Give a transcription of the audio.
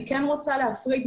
אני כן רוצה להפריד,